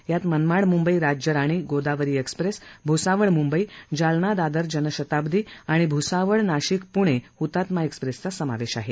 यात Manmad Mumbai Rajyarani Godavari express Bhusawal Mumbai Jalna Dadar Janshatabdi express आणि Bhusawal Nashik Pune Hutatma express चा समावेश आहे